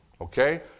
Okay